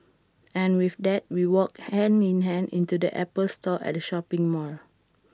and with that we walked hand in hand into the Apple store at the shopping mall